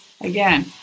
again